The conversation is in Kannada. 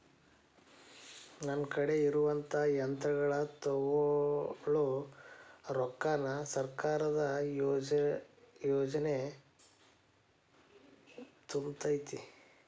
ನನ್ ಕಡೆ ಇರುವಂಥಾ ಯಂತ್ರಗಳ ತೊಗೊಳು ರೊಕ್ಕಾನ್ ಸರ್ಕಾರದ ಯಾವ ಯೋಜನೆ ತುಂಬತೈತಿ?